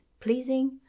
pleasing